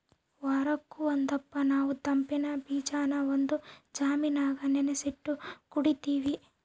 ವಾರುಕ್ ಒಂದಪ್ಪ ನಾವು ತಂಪಿನ್ ಬೀಜಾನ ಒಂದು ಜಾಮಿನಾಗ ನೆನಿಸಿಟ್ಟು ಕುಡೀತೀವಿ